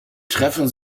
treffen